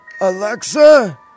Alexa